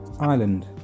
Ireland